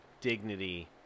dignity